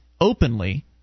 openly